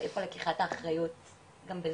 אז איפה לקיחת האחריות גם בזה.